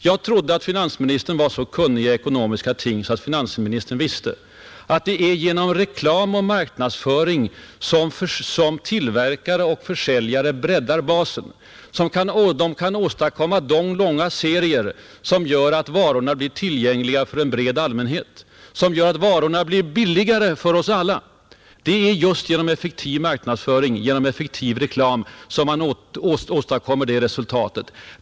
Jag trodde att finansministern var så kunnig i ekonomiska ting att han visste att det är genom reklam och marknadsföring som tillverkare och försäljare breddar basen för sin verksamhet och kan åstadkomma de långa serier som gör att varorna blir tillgängliga för en bred allmänhet och billigare för oss alla. Det är just genom effektiv marknadsföring, genom effektiv reklam som man åstadkommer detta.